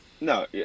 No